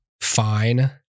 fine